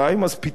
פתאום